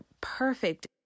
perfect